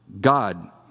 God